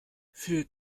phil